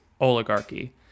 oligarchy